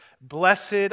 Blessed